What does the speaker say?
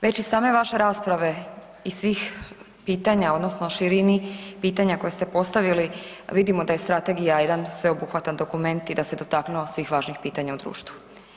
Već iz same vaše rasprave i svih pitanja, odnosno širini pitanja koja ste postavili, a vidimo da je Strategija jedan sveobuhvatan dokument i da se dotaknuo svih važnih pitanja u društvu.